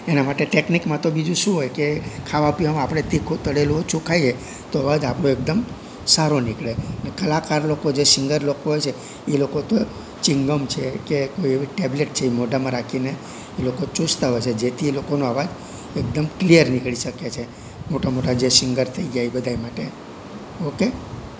એના માટે ટેકનિકમાં તો બીજું શું હોય કે ખાવા પીવામાં આપણે તીખું તળેલું ઓછું ખાઈએ તો અવાજ આપણો એકદમ સારો નીકળે ને ક્લાકાર લોકો જે સિંગર લોકો હોય છે એ લોકો તો ચિંગમ છે કે કોઈ એવી ટેબલેટ છે એ મોઢામાં રાખીને એ લોકો ચુસતાં હોય છે જેથી એ લોકોનો અવાજ એકદમ ક્લિયર નીકળી શકે છે મોટા મોટા જે સિંગર થઈ ગયા એ બધાય માટે ઓકે